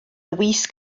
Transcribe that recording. wisg